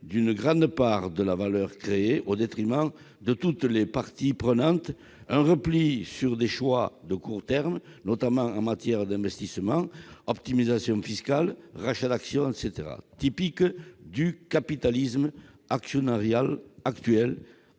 d'une grande part de la valeur créée au détriment de toutes les parties prenantes et un repli sur des choix de court terme, en particulier en matière d'investissement- optimisation fiscale, rachat d'actions ...-, typiques du capitalisme actionnarial actuel